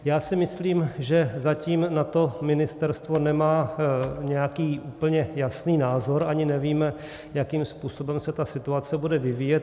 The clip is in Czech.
Já si myslím, že zatím na to ministerstvo nemá nějaký úplně jasný názor, ani nevíme, jakým způsobem se situace bude vyvíjet.